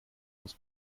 aus